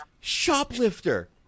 shoplifter